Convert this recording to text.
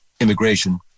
Immigration